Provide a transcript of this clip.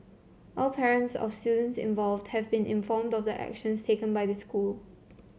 all parents of students involved have been informed of the actions taken by the school